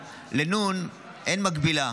לנ' אין מקבילה.